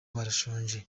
barashonje